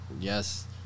yes